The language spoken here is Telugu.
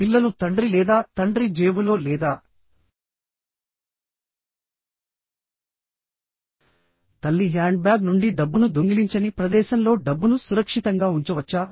పిల్లలు తండ్రి లేదా తండ్రి జేబులో లేదా తల్లి హ్యాండ్బ్యాగ్ నుండి డబ్బును దొంగిలించని ప్రదేశంలో డబ్బును సురక్షితంగా ఉంచవచ్చా